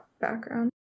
background